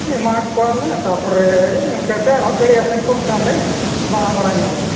ᱮᱢᱟ ᱠᱚᱣᱟᱞᱮ ᱛᱟᱯᱚᱨᱮ ᱮᱱᱛᱮᱛᱮ ᱟᱨᱦᱚᱸ ᱜᱟᱹᱬᱤ ᱟᱥᱮᱱᱠᱚ ᱚᱱᱠᱟᱞᱮ ᱫᱟᱬᱟᱼᱵᱟᱲᱟ ᱧᱚᱜᱼᱟ